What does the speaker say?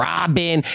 Robin